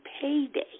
payday